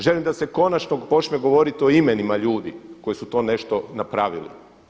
Želim da se konačno počne govoriti o imenima ljudi koji su to nešto napravili.